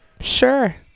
Sure